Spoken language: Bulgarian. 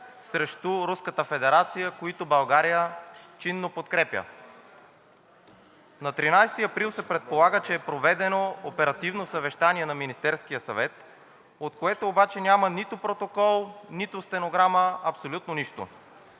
срещу Руската федерация, които България чинно подкрепя. На 13 април се предполага, че е проведено оперативно съвещание на Министерския съвет, от което обаче няма нито протокол, нито стенограма – абсолютно нищо.